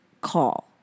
call